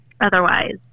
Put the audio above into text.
otherwise